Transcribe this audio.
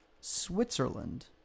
Switzerland